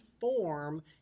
form